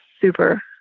super